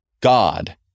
God